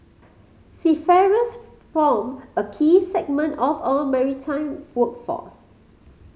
seafarers form a key segment of our maritime workforce